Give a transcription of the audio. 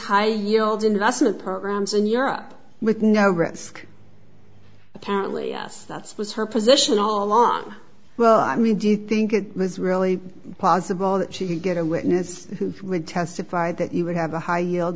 high yield investment programs in europe with no risk catley yes that was her position all along well i mean do you think it was really possible that she could get a witness who would testify that he would have a high yield